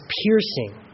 piercing